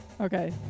Okay